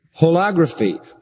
Holography